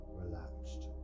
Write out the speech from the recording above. relaxed